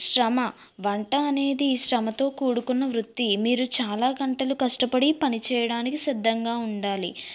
శ్రమ వంట అనేది శ్రమతో కూడుకున్న వృత్తి మీరు చాలా గంటలు కష్టపడి పనిచేయడానికి సిద్ధంగా ఉండాలి